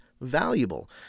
valuable